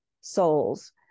souls